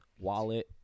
wallet